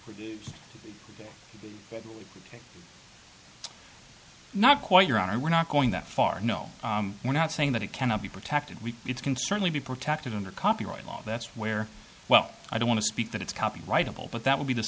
leap not quite your honor we're not going that far no we're not saying that it cannot be protected we it's can certainly be protected under copyright law that's where well i don't want to speak that it's copyrightable but that would be the